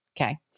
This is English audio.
Okay